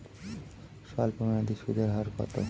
স্বল্পমেয়াদী সুদের হার কত?